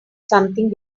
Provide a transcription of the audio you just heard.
something